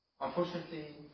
unfortunately